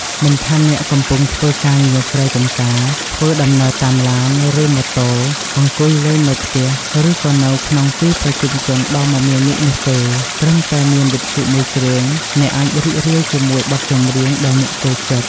មិនថាអ្នកកំពុងធ្វើការងារស្រែចម្ការ ធ្វើដំណើរតាមឡាន ឬម៉ូតូ អង្គុយលេងនៅផ្ទះ ឬក៏នៅក្នុងទីប្រជុំជនដ៏មមាញឹកនោះទេ ត្រឹមតែមានវិទ្យុមួយគ្រឿង អ្នកអាចរីករាយជាមួយបទចម្រៀងដែលអ្នកចូលចិត្ត។